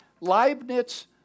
Leibniz